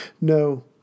No